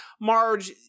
Marge